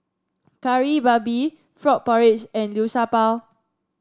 Kari Babi Frog Porridge and Liu Sha Bao